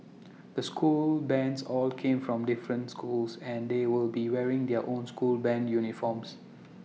the school bands all came from different schools and they will be wearing their own school Band uniforms